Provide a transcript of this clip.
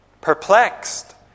Perplexed